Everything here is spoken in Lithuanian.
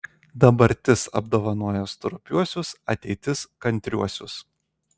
dabartis apdovanoja stropiuosius ateitis kantriuosius